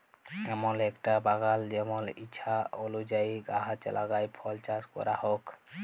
এমল একটা বাগাল জেমল ইছা অলুযায়ী গাহাচ লাগাই ফল চাস ক্যরা হউক